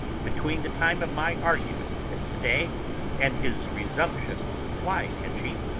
between the time of my argument with him to-day and his resumption of fly-catching,